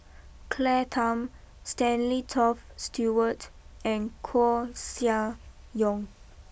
Claire Tham Stanley Toft Stewart and Koeh Sia Yong